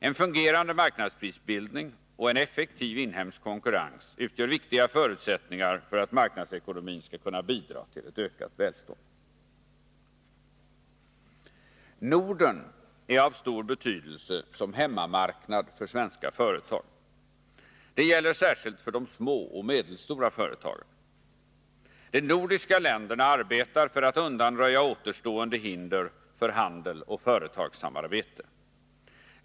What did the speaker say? En fungerande marknadsprisbildning och en effektiv inhemsk konkurrens utgör viktiga förutsättningar för att marknadsekonomin skall kunna bidra till ett ökat välstånd. Norden är av stor betydelse som hemmamarknad för svenska företag. Det gäller särskilt för de små och medelstora företagen. De nordiska länderna arbetar för att undanröja återstående hinder för handel och företagssamarbete.